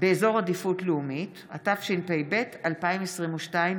התשפ"ב 2022,